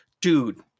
dude